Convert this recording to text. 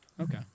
Okay